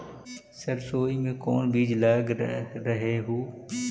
सरसोई मे कोन बीज लग रहेउ?